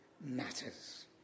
matters